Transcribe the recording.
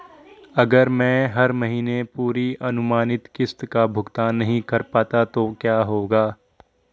अगर मैं हर महीने पूरी अनुमानित किश्त का भुगतान नहीं कर पाता तो क्या होगा?